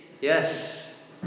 yes